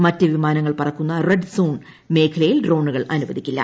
മറ്റ് വിമാനങ്ങൾ പറക്കുന്ന റെഡ്സോൺ മേഖലയിൽ ഡ്രോണുകൾ അനുവദിക്കില്ല